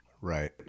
Right